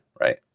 right